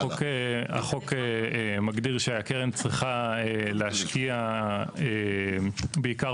החוק מגדיר שהקרן צריכה להשקיע בעיקר